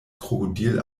krokodil